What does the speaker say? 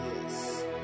Yes